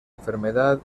enfermedad